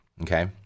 okay